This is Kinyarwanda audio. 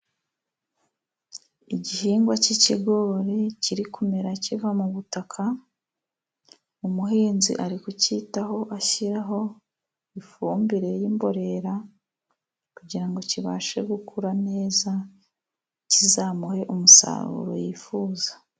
Igihingwa cy'ikigori kiri kumera kiva mu butaka, umuhinzi ari kucyitaho ashyiraho ifumbire y'imborera, kugira ngo kibashe gukura neza kizamuhe umusaruro yifuza.